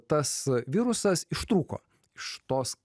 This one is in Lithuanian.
tas virusas ištrūko iš tos